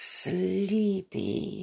sleepy